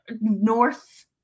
North